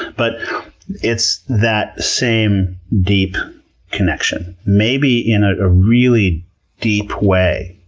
but it's that same deep connection, maybe in a really deep way,